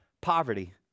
poverty